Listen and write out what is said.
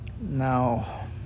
Now